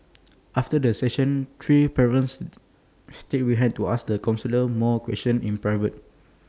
after the session three parents stayed behind to ask the counsellor more questions in private